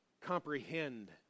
comprehend